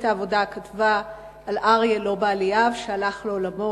העבודה כתבה על אריה לובה אליאב שהלך לעולמו: